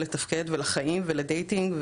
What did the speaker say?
לדייטים,